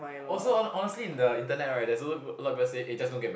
also hon~ honestly in the internet right there's also a lot of people say eh just don't get ma~